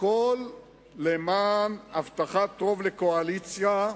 הכול למען הבטחת רוב לקואליציה,